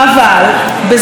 בזמן שהוא כאן,